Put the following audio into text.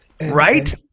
right